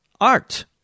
art